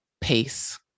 pace